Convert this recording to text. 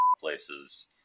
places